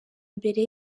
mbere